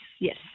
yes